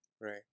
Right